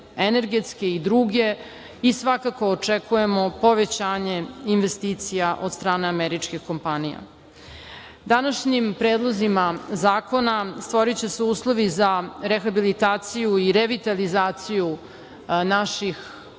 energetske i druge, i svakako očekujemo povećanje investicija od strane američkih kompanija. Današnjim predlozima zakona stvoriće se uslovi za rehabilitaciju i revitalizaciju naših,